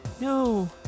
No